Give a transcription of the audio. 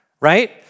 right